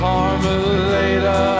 Carmelita